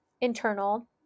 internal